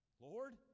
Lord